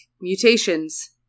mutations